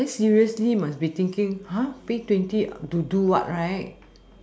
they seriously must be thinking !huh! pay twenty to do what right